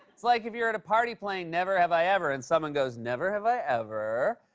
it's like if you're at a party playing never have i ever and someone goes, never have i ever.